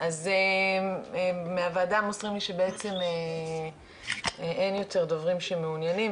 אז מהוועדה מוסרים לי שבעצם אין יותר דוברים שמעוניינים.